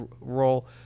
role